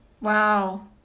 Wow